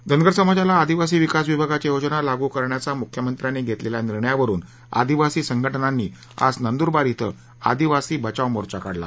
धनगर समाजाला आदिवासी विकास विभागाच्या योजना लागू करण्याच्या मुख्यमंत्र्यांनी घेतलेल्या निर्णयावरुन आदिवासी संघटनांनी आज नंदूरबार ि आदिवासी बचाव मोर्चा काढला